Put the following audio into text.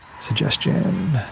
suggestion